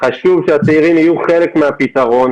חשוב שהצעירים יהיו חלק מהפתרון,